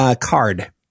Card